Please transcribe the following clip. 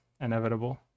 inevitable